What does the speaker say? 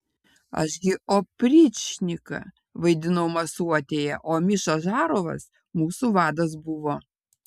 aš gi opričniką vaidinau masuotėje o miša žarovas mūsų vadas buvo